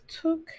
took